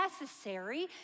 necessary